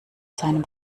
seinem